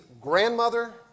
grandmother